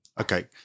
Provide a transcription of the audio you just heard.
Okay